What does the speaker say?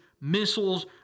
missiles